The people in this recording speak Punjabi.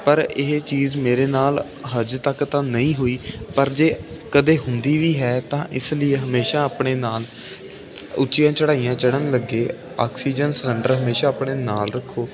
ਪਰ ਇਹ ਚੀਜ਼ ਮੇਰੇ ਨਾਲ ਹਜੇ ਤੱਕ ਤਾਂ ਨਹੀਂ ਹੋਈ ਪਰ ਜੇ ਕਦੇ ਹੁੰਦੀ ਵੀ ਹੈ ਤਾਂ ਇਸ ਲਈ ਹਮੇਸ਼ਾ ਆਪਣੇ ਨਾਲ ਉੱਚੀਆਂ ਚੜਾਈਆਂ ਚੜਨ ਲੱਗੇ ਆਕਸੀਜਨ ਸਿਲੰਡਰ ਹਮੇਸ਼ਾ ਆਪਣੇ ਨਾਲ ਰੱਖੋ